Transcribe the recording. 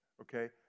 Okay